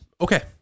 Okay